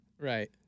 Right